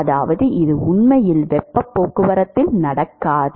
அதாவது இது உண்மையில் வெப்பப் போக்குவரத்தில் நடக்காது